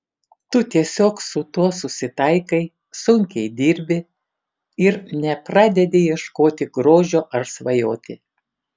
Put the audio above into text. tu tiesiog su tuo susitaikai sunkiai dirbi ir nepradedi ieškoti grožio ar svajoti